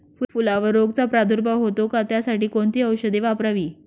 फुलावर रोगचा प्रादुर्भाव होतो का? त्यासाठी कोणती औषधे वापरावी?